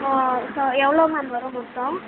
ச எவ்வளோ மேம் வரும் மொத்தம்